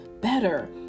better